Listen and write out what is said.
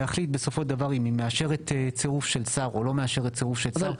להחליט בסופו של דבר אם היא מאשרת צירוף של שר או לא מאשרת צירוף של שר,